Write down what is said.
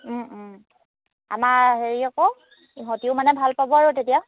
আমাৰ হেৰি আকৌ ইহঁতেও মানে ভাল পাব আৰু তেতিয়া